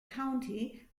county